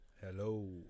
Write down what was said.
hello